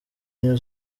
new